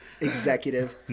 executive